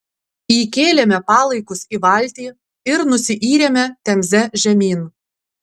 įkėlėme palaikus į valtį ir nusiyrėme temze žemyn